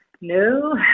no